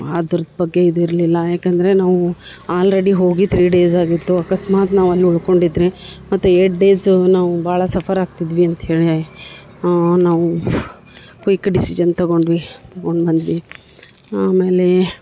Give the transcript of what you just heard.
ಅದ್ರ ಬಗ್ಗೆ ಇದು ಇರಲಿಲ್ಲ ಯಾಕಂದರೆ ನಾವು ಆಲ್ರೆಡಿ ಹೋಗಿ ತ್ರೀ ಡೇಸ್ ಆಗಿತ್ತು ಅಕಸ್ಮಾತ್ ನಾವು ಅಲ್ಲಿ ಉಳ್ಕೊಂಡಿದ್ದರೆ ಮತ್ತೆ ಏಯ್ಟ್ ಡೇಸು ನಾವು ಭಾಳ ಸಫರ್ ಆಗ್ತಿದ್ವಿ ಅಂತ ಹೇಳಿ ನಾವು ಕ್ವಿಕ್ ಡಿಸಿಷನ್ ತಗೊಂಡ್ವಿ ತಗೊಂಡು ಬಂದ್ವಿ ಆಮೇಲೆ